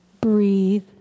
breathe